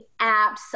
apps